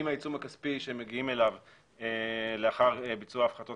אם העיצום הכספי שמגיעים אליו לאחר ביצוע ההפחתות